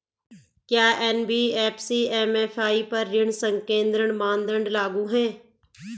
क्या NBFC MFI पर ऋण संकेन्द्रण मानदंड लागू हैं?